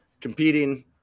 competing